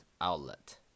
outlet